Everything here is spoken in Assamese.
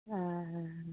অঁ অঁ